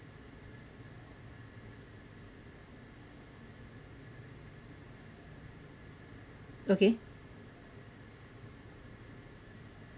okay